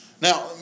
Now